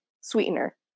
sweetener